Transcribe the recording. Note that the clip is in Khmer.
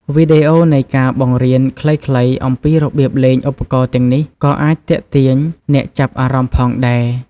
វីដេអូនៃការបង្រៀនខ្លីៗអំពីរបៀបលេងឧបករណ៍ទាំងនេះក៏អាចទាក់ទាញអ្នកចាប់អារម្មណ៍ផងដែរ។